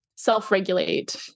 self-regulate